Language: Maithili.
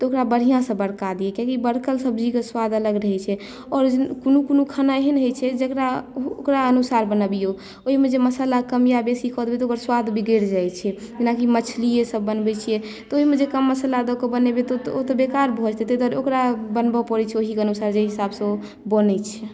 तऽ ओकरा बढ़िआँसँ बरकाबी कियाकी बरकल सब्जीक स्वाद अलग रहैत छै आओर जे कोनो कोनो खाना एहन होइत छै जकरा ओकरा अनुसार बनबियौ ओहिमे जे मसाला कम या बेसी कऽ देबै तऽ ओकर स्वाद बिगड़ि जाइत छै जेनाकि मछलियेसभ बनबैत छियै तऽ ओहिमे जे कम मसाला दऽ कऽ बनेबै तऽ ओ तऽ बेकार भऽ जेतै ताहि द्वारे ओकरा बनबय पड़ैत छै ओहि अनुसार जाहि हिसाबसँ ओ बनैत छै